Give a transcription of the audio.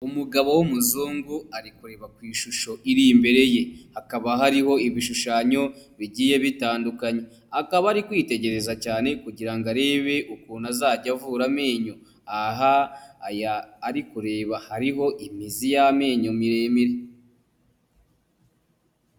Umugabo w'umuzungu ari kureba ku ishusho iri imbere ye, hakaba hariho ibishushanyo bigiye bitandukanye, akaba ari kwitegereza cyane kugira ngo arebe ukuntu azajya avura amenyo, aha aya ari kureba hariho imizi y'amenyo miremire.